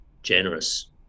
Generous